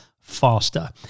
faster